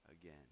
again